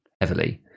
heavily